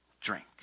drink